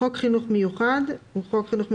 "חוק חינוך מיוחד" חוק חינוך מיוחד,